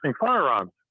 firearms